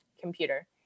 computer